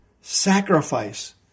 sacrifice